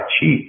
cheap